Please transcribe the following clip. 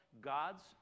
God's